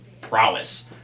prowess